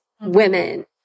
women